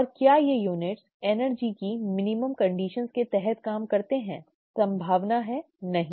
और क्या ये यूनट एनर्जी की न्यूनतम शर्तों के तहत काम करती हैं संभावना नहीं सही